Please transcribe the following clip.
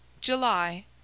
July